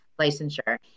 licensure